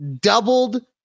doubled